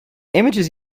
images